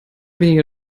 weniger